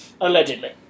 Allegedly